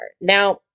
Now